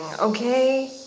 okay